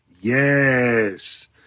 Yes